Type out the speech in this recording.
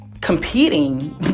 competing